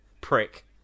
Prick